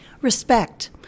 Respect